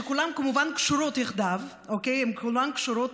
כולן כמובן קשורות יחדיו: כולן קשורות